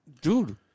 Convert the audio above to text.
dude